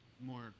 more